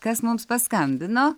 kas mums paskambino